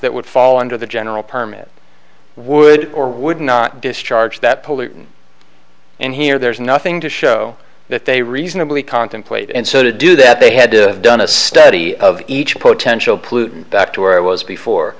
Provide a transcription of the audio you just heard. that would fall under the general permit would or would not discharge that pollutant and here there's nothing to show that they reasonably contemplate and so to do that they had to done a study of each potential pollutant back to where it was before